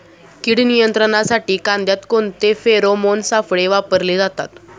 कीड नियंत्रणासाठी कांद्यात कोणते फेरोमोन सापळे वापरले जातात?